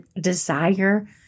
desire